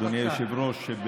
אדוני היושב-ראש,